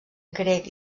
grec